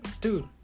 dude